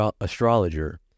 astrologer